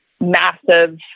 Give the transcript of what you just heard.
massive